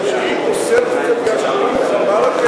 שהיא פוסלת את זה מפני שקוראים לך ברכה?